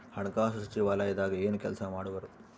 ಹಣಕಾಸು ಸಚಿವಾಲಯದಾಗ ಏನು ಕೆಲಸ ಮಾಡುವರು?